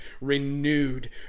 renewed